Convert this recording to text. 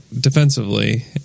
defensively